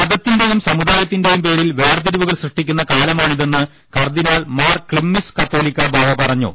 മതത്തിന്റെയും സമുദായത്തിന്റെയും പേരിൽ വേർതിരിവു കൾ സൃഷ്ടിക്കുന്ന കാലമാണിതെന്ന് കർദിനാൾ മാർ ക്ലിമ്മിസ് കാതോലിക്കാ ബാവ പറഞ്ഞു